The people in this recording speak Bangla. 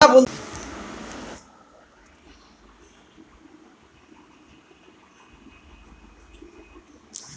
একটি নিয়ন্ত্রণকারী মান হিসাব করার পরিচালক